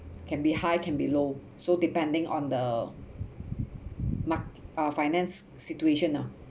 can be high can be low so depending on the mark~ uh finance situation ah